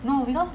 no because